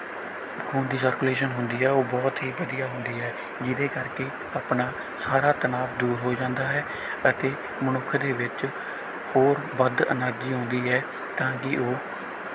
ਖੂਨ ਦੀ ਸਰਕੂਲੇਸ਼ਨ ਹੁੰਦੀ ਹੈ ਉਹ ਬਹੁਤ ਹੀ ਵਧੀਆ ਹੁੰਦੀ ਹੈ ਜਿਹਦੇ ਕਰਕੇ ਆਪਣਾ ਸਾਰਾ ਤਨਾਵ ਦੂਰ ਹੋ ਜਾਂਦਾ ਹੈ ਅਤੇ ਮਨੁੱਖ ਦੇ ਵਿੱਚ ਹੋਰ ਵੱਧ ਐਨਰਜੀ ਆਉਂਦੀ ਹੈ ਤਾਂ ਕਿ ਉਹ